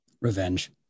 revenge